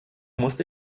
musste